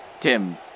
Tim